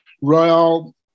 Royal